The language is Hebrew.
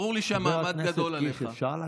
ברור לי שהמעמד גדול עליך.